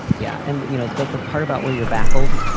yeah. and you know that the part about where you're baffled,